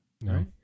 no